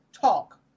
talk